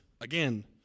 again